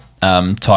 type